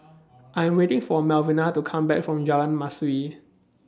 I Am waiting For Melvina to Come Back from Jalan Mastuli